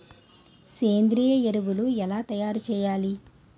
సేంద్రీయ ఎరువులు ఎలా తయారు చేయాలి?